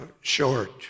short